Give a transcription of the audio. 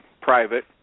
private